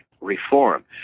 reform